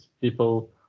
people